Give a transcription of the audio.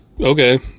okay